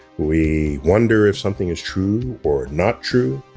we wonder if something is true or not true,